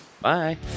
bye